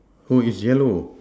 oh it's yellow